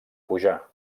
pujar